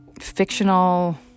fictional